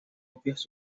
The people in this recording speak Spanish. copias